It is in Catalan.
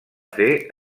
fer